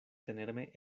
tenerme